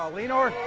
ah lean over!